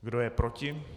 Kdo je proti?